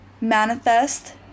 manifest